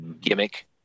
gimmick